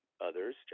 others